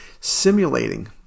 simulating